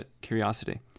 curiosity